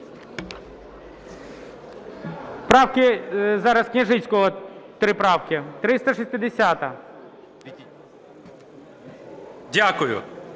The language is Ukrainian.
Дякую.